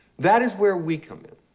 that is where we come in.